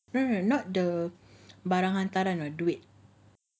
no no no not the barang hantaran but duit